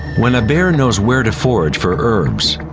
when a bear knows where to forage for herbs,